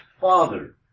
father